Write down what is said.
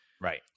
Right